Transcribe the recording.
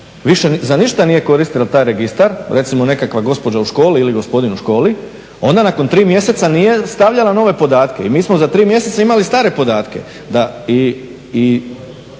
za ništa nije koristila taj registar, recimo nekakva gospođa ili gospodin u školi, ona nakon tri mjeseca nije stavljala nove podatke i mi smo za tri mjeseca imali stare podatke.